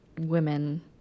women